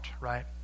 Right